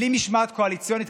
בלי משמעת קואליציונית,